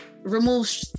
Remove